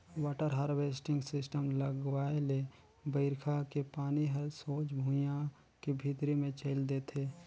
water harvesting system लगवाए ले बइरखा के पानी हर सोझ भुइयां के भीतरी मे चइल देथे